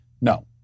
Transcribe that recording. No